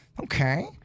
okay